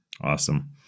Awesome